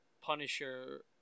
Punisher